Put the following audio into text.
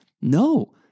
No